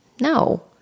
No